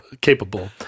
capable